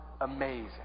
amazing